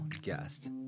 guest